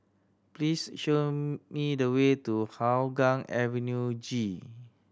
please show me the way to Hougang Avenue G